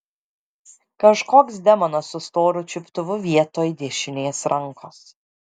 kažkoks demonas su storu čiuptuvu vietoj dešinės rankos